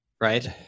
right